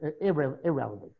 irrelevant